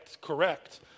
correct